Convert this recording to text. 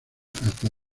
hasta